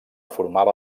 formava